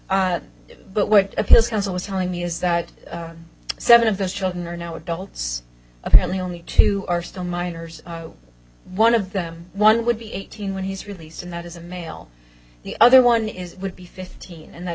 r but what appears counsel is telling me is that seven of those children are now adults apparently only two are still minors one of them one would be eighteen when he's released and that is a male the other one is would be fifteen and that